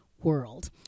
world